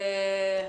תודה.